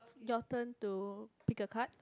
your turn to pick a card